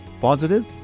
positive